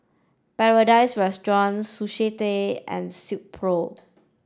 Paradise Restaurant Sushi Tei and Silkpro